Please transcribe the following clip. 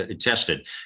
tested